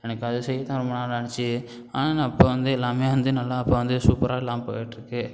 எனக்கு அது செய்ய தான் ரொம்ப நாள் ஆச்சு ஆனால் நான் இப்போ வந்து எல்லாமே வந்து நல்லா இப்போ வந்து சூப்பராக எல்லாம் போயிகிட்ருக்கு